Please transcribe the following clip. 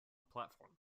platform